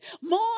more